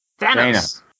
Thanos